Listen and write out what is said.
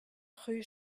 rue